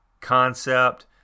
concept